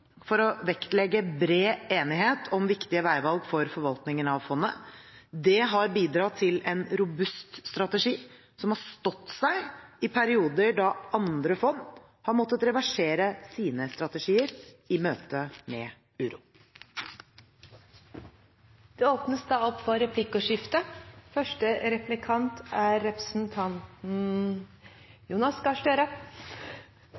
for å vektlegge bred enighet om viktige veivalg for forvaltningen av fondet. Det har bidratt til en robust strategi som har stått seg i perioder da andre fond har måttet reversere sine strategier i møte med uro. Det blir replikkordskifte. Jeg synes finansministeren ga en god gjennomgang av det som er